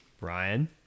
Ryan